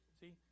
See